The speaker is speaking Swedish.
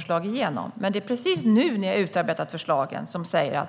Förslagen är följande: